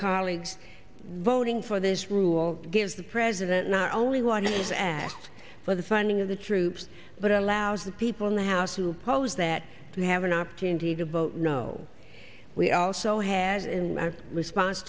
colleagues voting for this rule gives the president not only one is asked for the funding of the troops but allows the people in the house who oppose that to have an opportunity to vote no we also has in response